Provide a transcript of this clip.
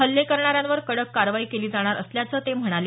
हल्ले करणाऱ्यांवर कडक कारवाई केली जाणार असल्याचं ते म्हणाले